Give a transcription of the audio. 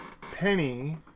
Penny